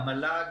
המל"ג,